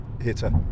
hitter